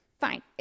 Fine